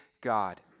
God